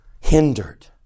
hindered